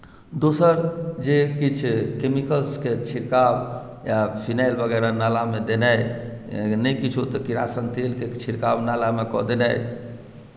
दोसर जे किछु केमिकल्स के छिड़काव या फिनाइल वगैरह नालामे देनाई नहि किछो तऽ किरासन तेलकेँ छिड़काव नालामे कऽ देनाई